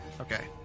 Okay